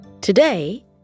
Today